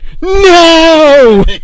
No